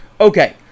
Okay